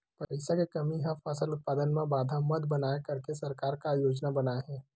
पईसा के कमी हा फसल उत्पादन मा बाधा मत बनाए करके सरकार का योजना बनाए हे?